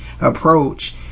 approach